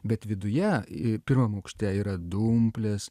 bet viduje i pirmam aukšte yra dumplės